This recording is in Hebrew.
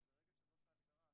אז ברגע שזאת ההגדרה,